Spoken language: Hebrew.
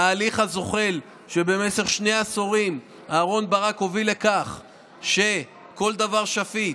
ההליך הזוחל שבו במשך שני עשורים אהרן ברק הוביל לכך שכל דבר שפיט,